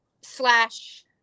slash